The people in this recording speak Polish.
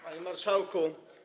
Panie Marszałku!